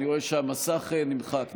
אני רואה שהמסך נמחק,